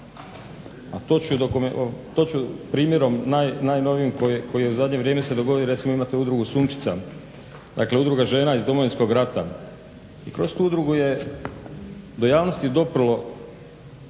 A to ću primjerom najnovijim koji je u zadnje vrijeme se dogodio, recimo imate Udrugu "Sunčica", dakle Udruga žena iz Domovinskog rata i kroz tu udrugu je do javnosti doprlo